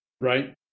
Right